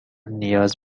نیاز